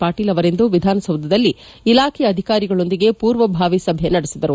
ಪಾಟೀಲ್ ಅವರಿಂದು ವಿಧಾನಸೌಧದಲ್ಲಿ ಇಲಾಖೆಯ ಅಧಿಕಾರಿಗಳೊಂದಿಗೆ ಪೂರ್ವಭಾವಿ ಸಭೆ ನಡೆಸಿದರು